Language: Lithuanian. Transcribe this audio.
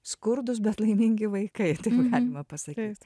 skurdūs bet laimingi vaikai taip galima pasakyt